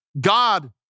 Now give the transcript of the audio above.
God